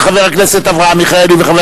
הצעותיהם של חבר הכנסת אברהם מיכאלי וחבר